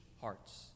hearts